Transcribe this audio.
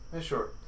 sure